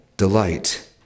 delight